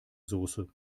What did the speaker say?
soße